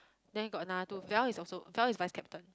then got another two Val is also Val is vice captain